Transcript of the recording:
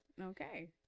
okay